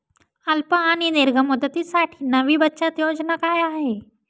अल्प आणि दीर्घ मुदतीसाठी नवी बचत योजना काय आहे?